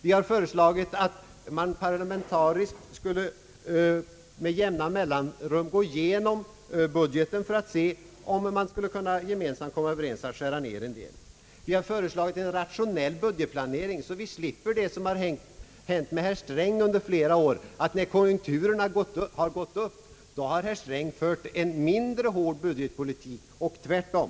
Vi har föreslagit att man på ett parlamentariskt plan med jämna mellanrum skulle gå igenom budgeten för att se om man gemensamt kan komma Ööverens om att skära ner en del poster. Vi har föreslagit en raitionell budgetplanering för att slippa sådant som hänt herr Sträng under flera år, nämligen att det när konjunkturerna gått upp har förts en mindre hård budgetpolitik och tvärtom.